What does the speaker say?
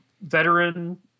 veteran